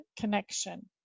connection